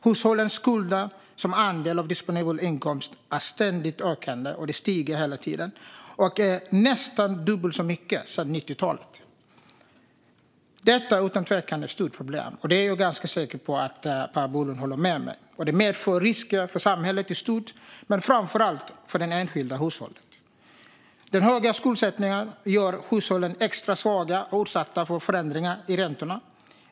Hushållens skulder som andel av disponibel inkomst är ständigt ökande och har nästan fördubblats sedan 90-talet. Detta är utan tvekan ett stort problem, och jag är ganska säker på att Per Bolund håller med mig om det. Detta medför risker för samhället i stort men framför allt för det enskilda hushållet. Den höga skuldsättningen gör hushållen extra svaga och utsatta för förändringar i räntorna.